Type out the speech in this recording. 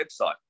website